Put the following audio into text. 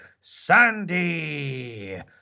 Sandy